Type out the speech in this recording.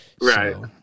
right